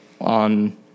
on